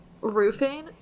roofing